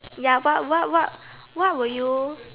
ya what what what what will you